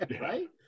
Right